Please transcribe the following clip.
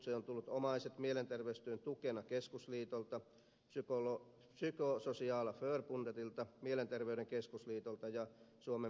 se on tullut omaiset mielenterveystyön tukena keskusliitolta psykosociala förbundetilta mielenterveyden keskusliitolta ja suomen mielenterveysseuralta